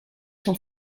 son